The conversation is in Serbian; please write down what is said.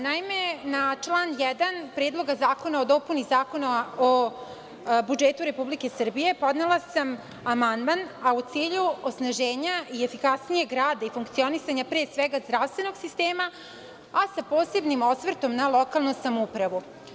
Naime, na član 1. Predloga zakona o dopuni Zakona o budžetu Republike Srbije, podnela sam amandman, a u cilju osnaženja i efikasnijeg rada i funkcionisanja, pre svega zdravstvenog sistema, a sa posebnim osvrtom na lokalnu samoupravu.